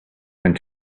went